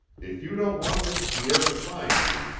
if you don't want this pierre to find you,